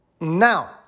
Now